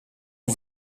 ont